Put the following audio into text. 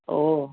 ओ